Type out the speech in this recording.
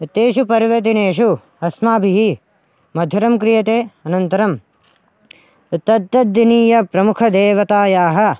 तेषु पर्वदिनेषु अस्माभिः मधुरं क्रियते अनन्तरं तत्तद्दिनीय प्रमुखदेवतायाः